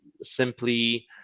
simply